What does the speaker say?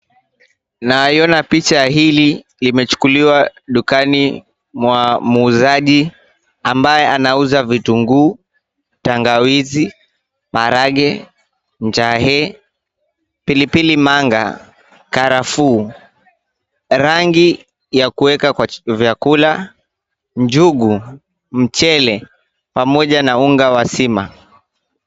Naiona picha hili limechukuliwa dukani mwa muuzaji ambaye anauza vitunguu, tangawizi, maharagwe, njahi pilipili manga, karafuu, rangi ya kuweka kwa vyakula, njugu, mchele pamoja na unga wa sima.